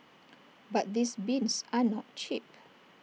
but these bins are not cheap